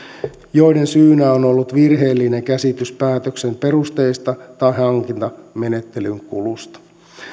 joiden syynä on ollut virheellinen käsitys päätöksen perusteista tai hankintamenettelyn kulusta